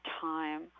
time